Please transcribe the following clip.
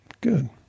Good